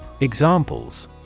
Examples